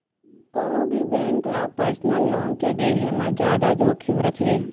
कोनो भी बेंक ल पर्सनल लोन के देहे म जादा जोखिम रथे